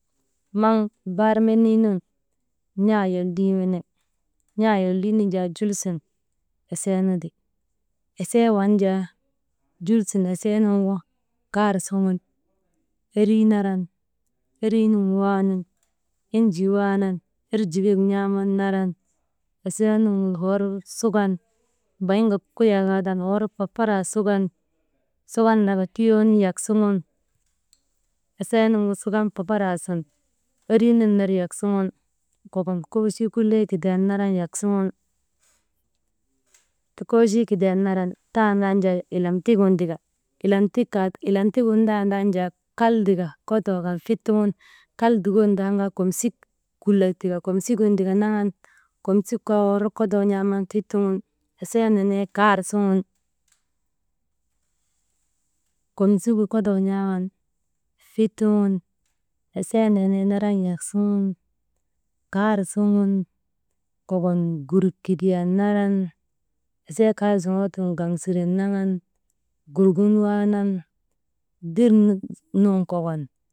Maŋ bar menii nun n̰aa lolii mene n̰aa yolii nu jaa jul sun, esee nu ti esee waŋ jaa, jul sun esee nuŋgu kaar suŋun, erii naran, erii nun waanan, enjii waanan erjikek n̰aaman naran esee nuŋu hor sukan, bayin ka kukuyaa kaa tan hor fafaraa sukan, sukan laka tuyoon yak suŋun, esee nuŋgu sukan fafaraa sun erii nun ner yak suŋun kokon kochii kuley kidiyan naran yak suŋun, kochii kidiyan naran tandan jaa ilamtik gin tika «hesitation» ilamtik gin tandan jaa, kal tika kodoo kan fit suŋun kal dukon daan kaa komsik kulak tika komsigin tika naŋan, komsigu kaa hor kodoo naran fit suŋun, esee nenee kar suŋun, komsigu kodoo n̰aaman fit suŋun esee nenee naran yak suŋun kaar suŋun kokon gurik kidiyan naran esee kaar zoŋoo tiŋgu gaŋ sigen naŋan gurik gin waanan dil nun kokon.